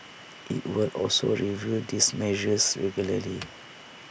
IT will also review these measures regularly